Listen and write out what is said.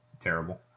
terrible